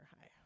high